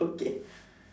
okay